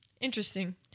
interesting